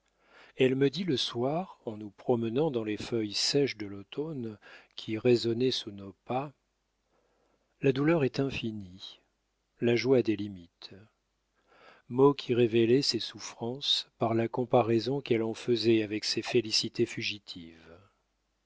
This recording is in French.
elle me dit le soir en nous promenant dans les feuilles sèches de l'automne qui résonnaient sous nos pas la douleur est infinie la joie a des limites mot qui révélait ses souffrances par la comparaison qu'elle en faisait avec ses félicités fugitives